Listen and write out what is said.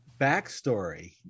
backstory